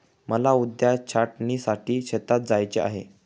मला उद्या छाटणीसाठी शेतात जायचे आहे